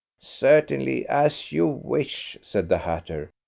certainly as you wish, said the hatter.